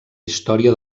història